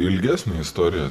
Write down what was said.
ilgesnė istorija